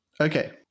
okay